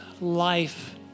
life